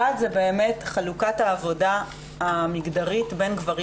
אחד זה חלוקת העבודה המגדרית בין גברים